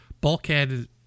bulkhead